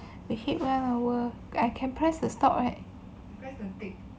we hit one hour I can press the stop right